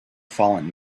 fallen